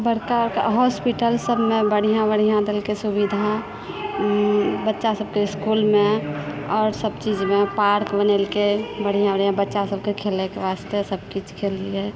बड़का बड़का हॉस्पिटल सभमे बढ़िआँ बढ़िआँ देलकै सुविधा बच्चा सभके इसकुलमे आओर सभ चीजमे पार्क बनेलकै बढ़िआँ बढ़िआँ बच्चा सभकेँ खेलैके वास्ते सभ किछुके लिए